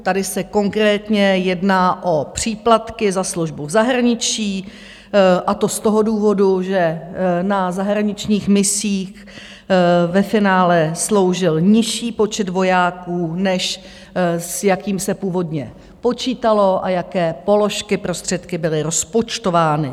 Tady se konkrétně jedná o příplatky za službu v zahraničí, a to z toho důvodu, že na zahraničních misích ve finále sloužil nižší počet vojáků, než s jakým se původně počítalo a jaké položky prostředky byly rozpočtovány.